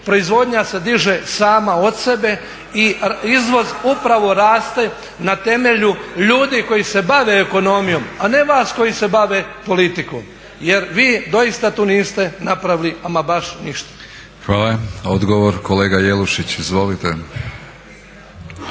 Proizvodnja se diže sama od sebe i izvoz upravo raste na temelju ljudi koji se bave ekonomijom, a ne vas koji se bave politikom jer vi doista tu niste napravili ama baš ništa. **Batinić, Milorad (HNS)** Hvala. Odgovor, kolega Jelušić izvolite.